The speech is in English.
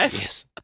Yes